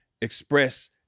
express